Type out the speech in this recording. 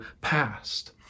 past